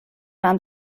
nahm